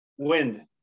Wind